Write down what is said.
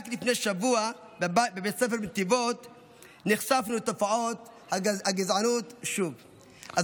רק לפני שבוע נחשפנו שוב לתופעות גזענות בבית ספר בנתיבות.